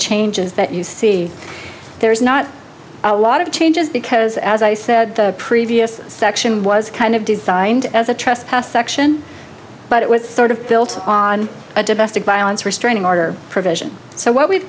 changes that you see there is not a lot of changes because as i said the previous section was kind of designed as a trespass section but it was sort of built on a domestic violence restraining order provision so what we've